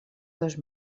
dos